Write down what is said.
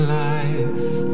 life